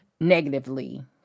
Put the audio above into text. negatively